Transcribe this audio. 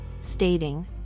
stating